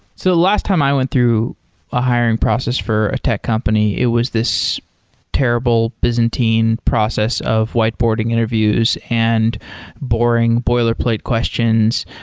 so last time i went through a hiring process for a tech company, it was this terrible byzantine process of whiteboarding interviews and boring boiler plate questions.